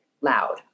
loud